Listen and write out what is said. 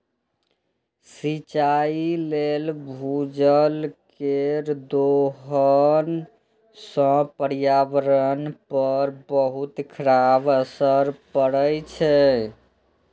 सिंचाइ लेल भूजल केर दोहन सं पर्यावरण पर बहुत खराब असर पड़ै छै